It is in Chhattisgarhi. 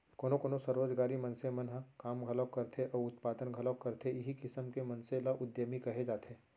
कोनो कोनो स्वरोजगारी मनसे मन ह काम घलोक करथे अउ उत्पादन घलोक करथे इहीं किसम के मनसे ल उद्यमी कहे जाथे